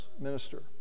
minister